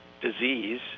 disease